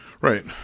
Right